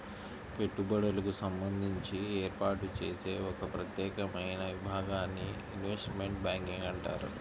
పెట్టుబడులకు సంబంధించి ఏర్పాటు చేసే ఒక ప్రత్యేకమైన విభాగాన్ని ఇన్వెస్ట్మెంట్ బ్యాంకింగ్ అంటారు